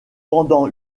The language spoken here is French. pendant